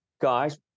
guys